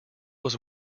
was